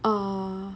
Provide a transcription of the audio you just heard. orh